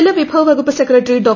ജലവിഭവ വകുപ്പ് സെക്രട്ടറി ഡോ